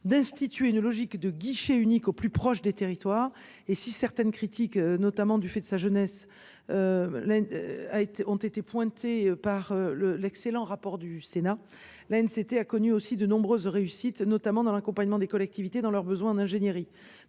d'instituer une logique de guichet unique au plus proche des territoires et si certaines critiques, notamment du fait de sa jeunesse. L'. A été ont été pointés par le l'excellent rapport du Sénat la haine c'était a connu aussi de nombreuses réussites notamment dans l'accompagnement des collectivités dans leur besoin d'ingénierie.